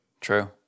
True